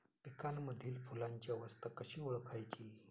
पिकांमधील फुलांची अवस्था कशी ओळखायची?